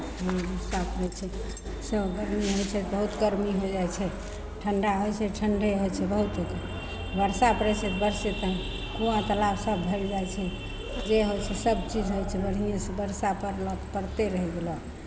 सभ होइ छै सेहो गर्मी होइ छै तऽ बहुत गर्मी होय जाइ छै ठण्ढा होइ छै ठण्ढे होइ छै बहुत बर्षा पड़ै छै तऽ वर्षे तेँ कुआँ तालाब सभ भरि जाइ छै जे होइ छै सभचीज होइ छै बढ़िएसँ वर्षा पड़लह तऽ पड़िते रहि गेलह